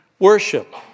worship